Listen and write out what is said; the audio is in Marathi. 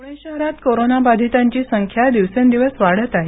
पुणे शहरात कोरोनाबाधितांची संख्या दिवसेंदिवस वाढत आहे